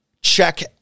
check